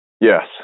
Yes